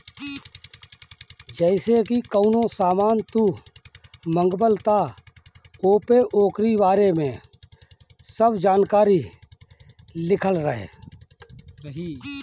जइसे की कवनो सामान तू मंगवल त ओपे ओकरी बारे में सब जानकारी लिखल रहि